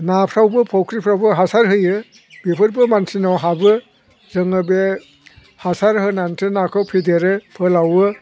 नाफोरावबो फख्रिफोरावबो हासार होयो बेफोरबो मानसिनाव हाबो जोङो बे हासार होनानैसो नाखौ फेदेरो फोलावो